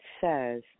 says